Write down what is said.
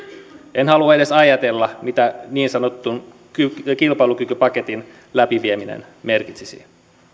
en halua edes ajatella mitä niin sanotun kilpailukykypaketin läpivieminen merkitsisi